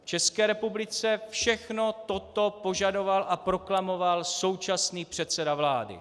V České republice všechno toto požadoval a proklamoval současný předseda vlády.